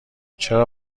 چرا